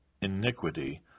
iniquity